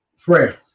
Prayer